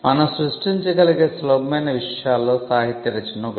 మనం సృష్టించగలిగే సులభమైన విషయాలలో సాహిత్య రచన ఒకటి